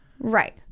Right